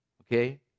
Okay